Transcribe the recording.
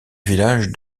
village